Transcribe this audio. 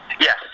Yes